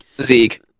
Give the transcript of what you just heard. Zeke